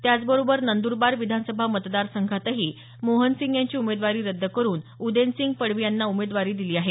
त्याचबरोबर नंदरबार विधानसभा मतदारसंघातही मोहन सिंग यांची उमेदवारी रद्द करुन उदेनसिंग पडवी यांना उमेदवारी दिली आहे